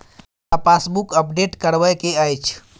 हमरा passbook update करैबे के अएछ?